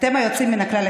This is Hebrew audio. אתם היוצאים מן הכלל,